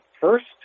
first